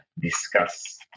discuss